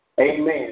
Amen